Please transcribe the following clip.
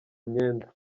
imyenda